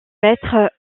maître